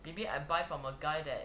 maybe I buy from a guy that